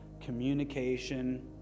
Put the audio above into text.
communication